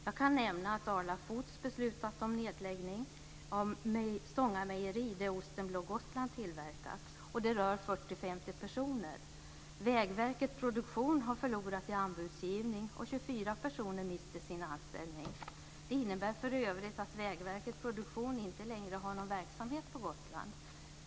Jag kan nämna att Arla Vägverket produktion har förlorat i anbudsgivning, och 24 personer mister sin anställning. Det innebär för övrigt att Vägverket produktion inte längre har någon verksamhet på Gotland.